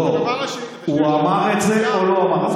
לא, הוא אמר את זה או לא אמר?